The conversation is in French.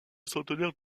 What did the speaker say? centenaire